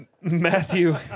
Matthew